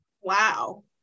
wow